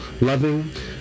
loving